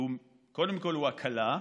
שקודם כול הוא הקלה,